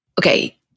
Okay